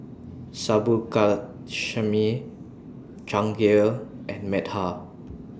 Subbulakshmi Jahangir and Medha